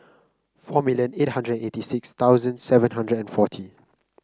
four million eight hundred eighty six thousand seven hundred and forty